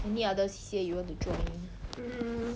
any other C_C_A you want to join